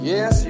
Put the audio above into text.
Yes